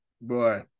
boy